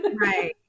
Right